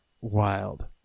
wild